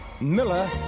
Miller